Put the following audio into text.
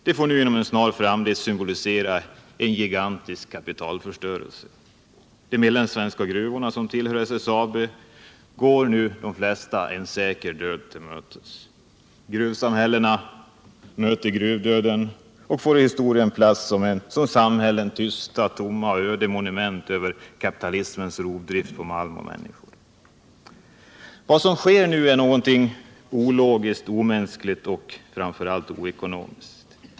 De får i en snar framtid symbolisera en gigantisk kapitalförstöring. De flesta mellansvenska gruvor som tillhör SSAB går nu en säker död till mötes. Gruvsamhällena möter gruvdöden och får i historien plats som tysta, tomma och öde monument över kapitalismens rovdrift på malm och människor. Vad som nu sker är någonting ologiskt, omänskligt och framför allt ockonomiskt.